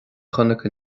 chonaic